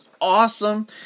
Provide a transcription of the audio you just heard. awesome